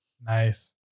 Nice